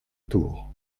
tour